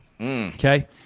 Okay